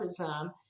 autism